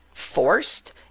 forced